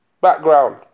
background